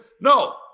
no